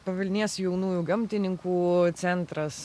pavilnės jaunųjų gamtininkų centras